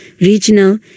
regional